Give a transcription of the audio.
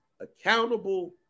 accountable